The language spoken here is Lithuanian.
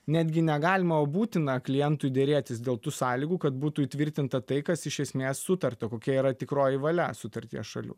netgi ne galima o būtina klientui derėtis dėl tų sąlygų kad būtų įtvirtinta tai kas iš esmės sutarta kokia yra tikroji valia sutarties šalių